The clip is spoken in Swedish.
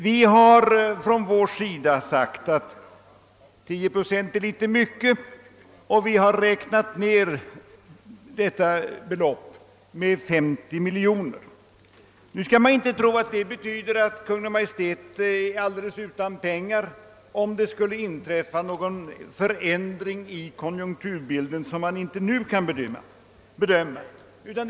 Vi har från moderata samlingspartiets sida sagt att 10 procent är väl mycket, och vi har räknat ned detta belopp med 50 miljoner kronor. Nu skall man inte tro att det betyder att Kungl. Maj:t är alldeles utan pengar, om det skulle inträffa någon förändring i konjunkturbilden som man inte nu kan bedöma.